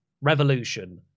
Revolution